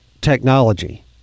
technology